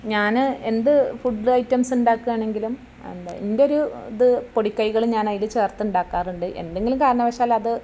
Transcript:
ഞാന് എന്ത് food items ഉണ്ടാക്കാനാണെങ്കിലും എന്താ എൻ്റെ ഒരു ഇത് പൊടി കൈകള് ഞാൻ അതില് ചേർത്ത് ഉണ്ടാക്കാറുണ്ട് എന്തെങ്കിലും കരണവശാൽ അത്